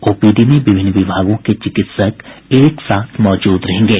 OPD में विभिन्न विभागों के चिकित्सक एक साथ मौजूद रहेंगे